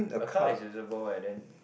a car is useable and then